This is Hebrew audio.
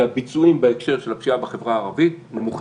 כי הביצועים בהקשר של הפשיעה בחברה הערבית נמוכים,